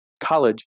college